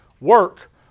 work